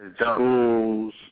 schools